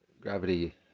gravity